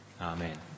amen